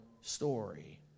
story